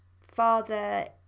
father